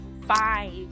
five